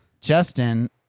Justin